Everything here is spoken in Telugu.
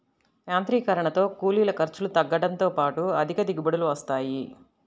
యాంత్రీకరణతో కూలీల ఖర్చులు తగ్గడంతో పాటు అధిక దిగుబడులు వస్తాయి